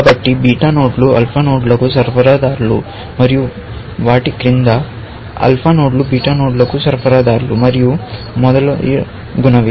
కాబట్టి బీటా నోడ్లు ఆల్ఫా నోడ్లకు సరఫరాదారులు మరియు వాటి క్రింద ఆల్ఫా నోడ్లు బీటా నోడ్లకు సరఫరాదారులు మరియు మొదలగునవి